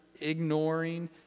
ignoring